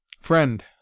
friend